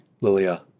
Lilia